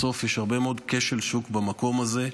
בסוף יש הרבה מאוד כשל שוק במקום הזה,